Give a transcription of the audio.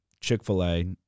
Chick-fil-A